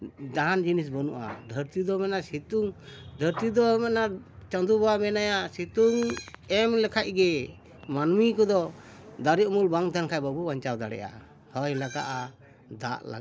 ᱡᱟᱦᱟᱱ ᱡᱤᱱᱤᱥ ᱵᱟᱹᱱᱩᱜᱼᱟ ᱫᱷᱟᱹᱨᱛᱤ ᱫᱚ ᱢᱮᱱᱟ ᱥᱤᱛᱩᱝ ᱫᱷᱟᱹᱨᱛᱤ ᱫᱚ ᱢᱮᱱᱟ ᱪᱟᱸᱫᱚ ᱵᱟᱵᱟ ᱢᱮᱱᱟᱭᱟ ᱥᱤᱛᱩᱝ ᱮᱢ ᱞᱮᱠᱷᱟᱡ ᱜᱮ ᱢᱟᱹᱱᱢᱤ ᱠᱚᱫᱚ ᱫᱟᱨᱮ ᱩᱢᱩᱞ ᱵᱟᱝ ᱛᱟᱦᱮᱱ ᱠᱷᱟᱡ ᱵᱟᱵᱚᱱ ᱵᱟᱧᱪᱟᱣ ᱫᱟᱲᱮᱭᱟᱜᱼᱟ ᱦᱳᱭ ᱞᱟᱜᱟᱜᱼᱟ ᱫᱟᱜ ᱞᱟᱜᱟᱜᱼᱟ